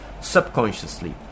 subconsciously